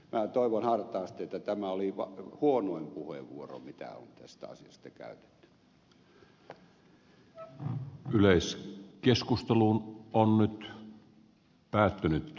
minä toivon hartaasti että tämä oli huonoin puheenvuoro mitä on tästä asiasta käytetty